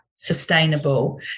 sustainable